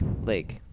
Lake